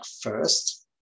first